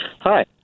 Hi